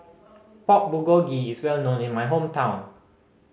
Pork Bulgogi is well known in my hometown